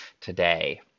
today